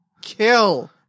kill